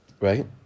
Right